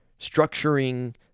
structuring